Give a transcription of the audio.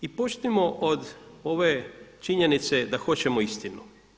I počnimo od ove činjenice da hoćemo istinu.